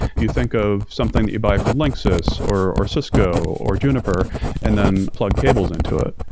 you think of something that you buy from linksys, or or cisco, or juniper and then plug cables into it.